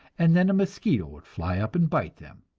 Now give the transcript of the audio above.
and then a mosquito would fly up and bite them,